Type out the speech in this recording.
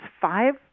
five